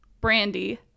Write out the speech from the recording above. brandy